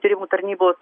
tyrimų tarnybos